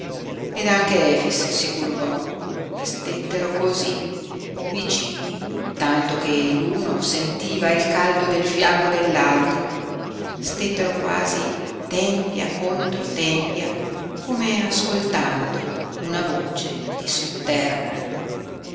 ed anche efix si curvò e stettero cosí vicini tanto che l'uno sentiva il caldo del fianco dell'altro stettero quasi tempia contro tempia come ascoltando una voce di sotterra